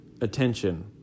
attention